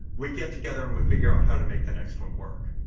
we get together and we figure out how to make the next one work.